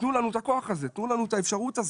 תנו לנו את הכוח הזה, תנו לנו את האפשרות הזאת.